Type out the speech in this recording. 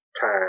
time